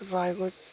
ᱨᱟᱭᱜᱚᱧᱡᱽ ᱨᱮᱭᱟᱜ